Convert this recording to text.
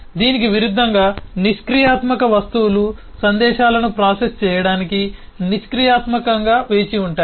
దీనికి విరుద్ధంగా నిష్క్రియాత్మక వస్తువులు సందేశాలను ప్రాసెస్ చేయడానికి నిష్క్రియాత్మకంగా వేచి ఉంటాయి